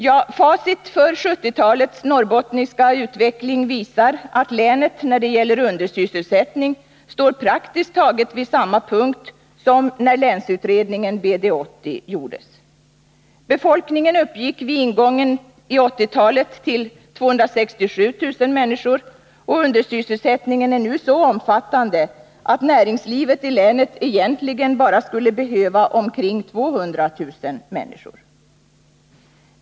Ja, facit för 1970-talets norrbottniska utveckling visar, att länet när det gäller undersysselsättning står praktiskt taget vid samma punkt som när länsutredningen BD 80 gjordes. Befolkningen uppgick vid ingången i 1980-talet till 267 000 människor, och undersysselsättningen är nu så omfattande, att näringslivet i länet egentligen bara skulle behöva omkring 200 000 människor.